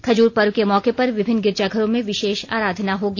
खजूर पर्व के मौके पर विभिन्न गिरिजाघरों में विशेष आराधना होगी